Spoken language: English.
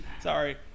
Sorry